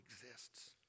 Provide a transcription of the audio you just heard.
exists